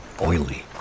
oily